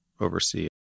oversee